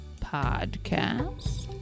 Podcast